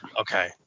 Okay